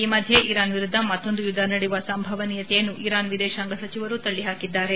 ಈ ಮಧ್ಯೆ ಇರಾನ್ ವಿರುದ್ದ ಮತ್ತೊಂದು ಯುದ್ದ ನಡೆಯವ ಸಂಭವನೀಯತೆಯನ್ನು ಇರಾನ್ ವಿದೇಶಾಂಗ ಸಚಿವರು ತಳ್ಳಿಹಾಕಿದ್ದಾರೆ